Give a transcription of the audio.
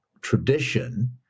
tradition